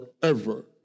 forever